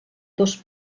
dos